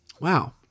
Wow